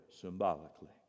symbolically